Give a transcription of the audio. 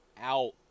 out